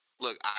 Look